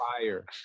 fire